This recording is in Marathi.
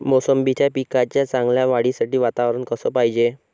मोसंबीच्या पिकाच्या चांगल्या वाढीसाठी वातावरन कस पायजे?